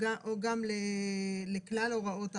או גם לכלל הוראות החוק?